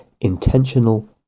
intentional